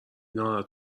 ناراحت